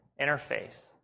interface